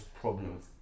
problems